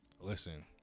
Listen